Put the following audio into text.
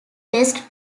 best